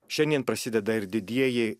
šiandien prasideda ir didieji